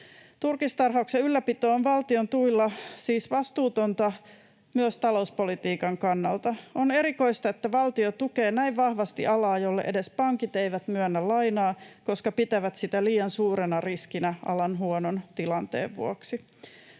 Turkistarhauksen ylläpito valtion tuilla on siis vastuutonta — myös talouspolitiikan kannalta. On erikoista, että valtio tukee näin vahvasti alaa, jolle edes pankit eivät myönnä lainaa, koska pitävät sitä liian suurena riskinä alan huonon tilanteen vuoksi.